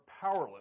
powerless